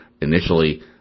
initially